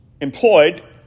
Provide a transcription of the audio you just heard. employed